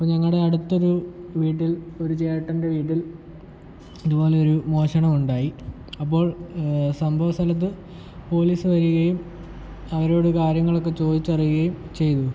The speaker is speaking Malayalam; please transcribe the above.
ഇപ്പം ഞങ്ങളുടെ അടുത്തൊരു വീട്ടിൽ ഒരു ചേട്ടൻ്റെ വീട്ടിൽ ഇതുപോലൊരു മോഷണം ഉണ്ടായി അപ്പോൾ സംഭവ സ്ഥലത്ത് പോലീസ് വരികയും അവരോട് കാര്യങ്ങളൊക്കെ ചോദിച്ചറിയുകയും ചെയ്തു